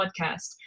podcast